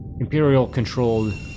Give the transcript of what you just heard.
Imperial-controlled